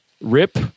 Rip